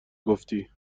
گفتی